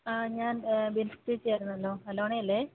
ഞാൻ ബിൻസി ചേച്ചി ആയിരുന്നല്ലോ അലോണയല്ലേ